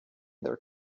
their